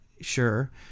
sure